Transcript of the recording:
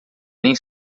nem